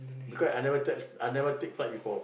because I never I never take flight before